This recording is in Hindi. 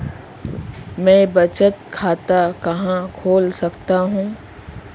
मैं बचत खाता कहां खोल सकता हूं?